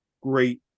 great